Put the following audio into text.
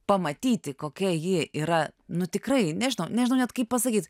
pamatyti kokia ji yra nu tikrai nežinau nežinau net kaip pasakyt